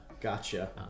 Gotcha